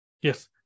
Yes